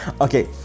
Okay